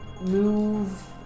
move